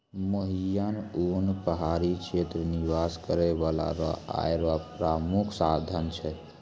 मोहियर उन पहाड़ी क्षेत्र निवास करै बाला रो आय रो प्रामुख साधन छै